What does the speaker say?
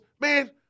man